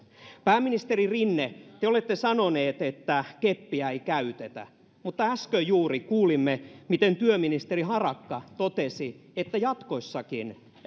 pääministeri rinne te te olette sanonut että keppiä ei käytetä mutta äsken juuri kuulimme miten työministeri harakka totesi että jatkossakin